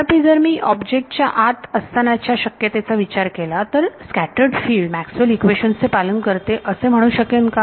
तथापि जर मी ऑब्जेक्ट च्या आत असतानाच्या शक्यतेचा विचार केला तर scattered field Maxwell equations Maxwell's equations चे पालन करते असे म्हणू शकेन का